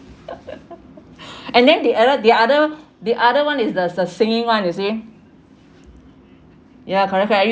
and then they added the other the other one is the si~ singing one you see ya correct correct are